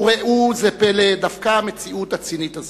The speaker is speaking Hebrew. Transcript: וראו זה פלא: דווקא המציאות הצינית הזאת,